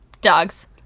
dogs